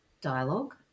dialogue